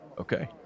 Okay